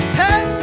hey